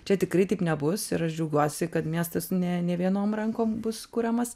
čia tikrai tik nebus ir aš džiaugiuosi kad miestas ne ne vienom rankom bus kuriamas